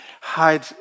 hide